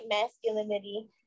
masculinity